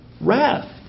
Wrath